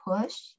push